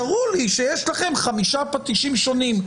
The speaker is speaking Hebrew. תראו לי שיש לכם חמישה פטישים שונים,